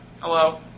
Hello